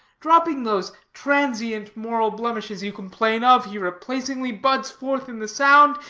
dropping those transient moral blemishes you complain of, he replacingly buds forth in the sound,